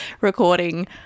recording